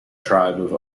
tribe